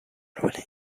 unwilling